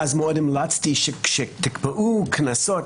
ואז מאוד המלצתי שכשתקבעו קנסות,